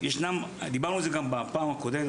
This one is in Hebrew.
דיברנו על זה גם בפעם הקודמת,